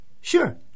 Sure